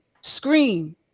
scream